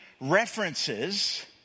references